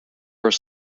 are